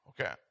Okay